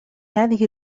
هذه